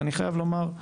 אני חייב לומר,